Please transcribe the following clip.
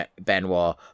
Benoit